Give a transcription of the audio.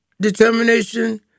determination